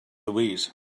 louise